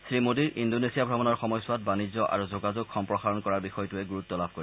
শ্ৰীমোডীৰ ইণ্ডোনেছিয়া ভ্ৰমণৰ সময়ছোৱাত বাণিজ্য আৰু যোগাযোগ সম্প্ৰসাৰণ কৰাৰ বিষয়টোৱে গুৰুত্ব লাভ কৰিব